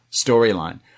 storyline